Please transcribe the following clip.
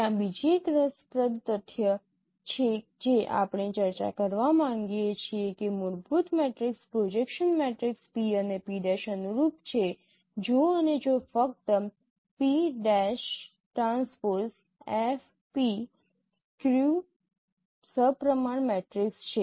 ત્યાં બીજી એક રસપ્રદ તથ્ય છે જે આપણે ચર્ચા કરવા માગીએ છીએ કે મૂળભૂત મેટ્રિક્સ પ્રોજેક્શન મેટ્રિક્સ P અને P' અનુરૂપ છે જો અને જો ફક્ત P'TFP સ્ક્યૂ સપ્રમાણ મેટ્રિક્સ છે